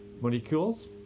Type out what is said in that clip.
molecules